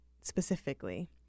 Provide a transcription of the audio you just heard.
specifically